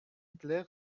hitler